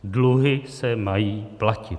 Dluhy se mají platit.